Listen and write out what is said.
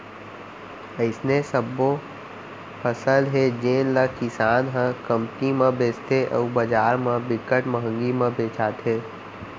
अइसने सबो फसल हे जेन ल किसान ह कमती म बेचथे अउ बजार म बिकट मंहगी म बेचाथे